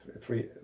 three